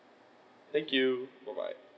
thank you bye bye